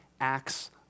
acts